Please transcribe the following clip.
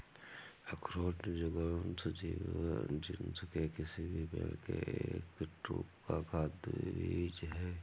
अखरोट Juglans genus के किसी भी पेड़ के एक ड्रूप का खाद्य बीज है